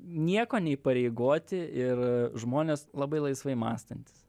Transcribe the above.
nieko neįpareigoti ir žmonės labai laisvai mąstantys